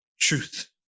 truth